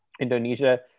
Indonesia